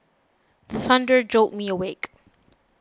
the thunder jolt me awake